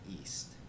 east